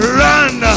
run